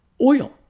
oil